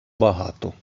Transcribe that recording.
багато